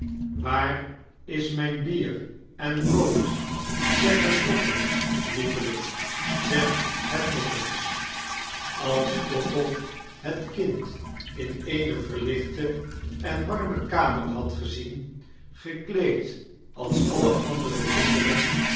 waar is myn bier en brood zeg het nog eens lieveling zeg het nog eens als trottle het kind in eene verlichte en warme kamer had gezien gekleed als alle andere kinderen